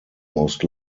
most